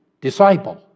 Disciple